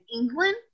England